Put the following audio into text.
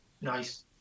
Nice